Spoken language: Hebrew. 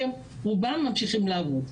כי רובן ממשיכות לעבוד.